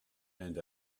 and